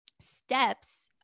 steps